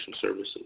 services